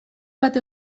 bat